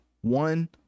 one